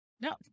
No